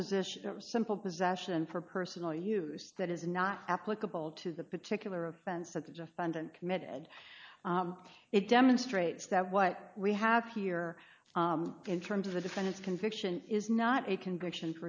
position or simple possession for personal use that is not applicable to the particular offense that the defendant committed it demonstrates that what we have here in terms of the defendant's conviction is not a conviction